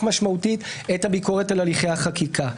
משמעותית את הביקורת על הליכי החקיקה.